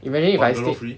imagine if I stay